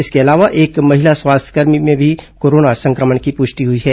इसके अलावा एक महिला स्वास्थ्यकर्मी में भी कोरोना संक्रमण की प्रष्टि हुई है